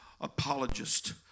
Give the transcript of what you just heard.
apologist